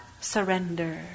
surrender